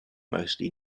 mostly